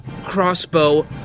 crossbow